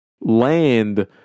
land